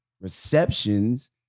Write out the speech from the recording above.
receptions